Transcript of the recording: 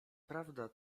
prawda